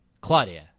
Claudia